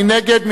מי נגד?